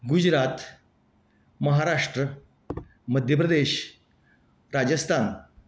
Gujarat Maharashtra Madhya Pradesh Rajasthan